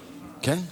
כן,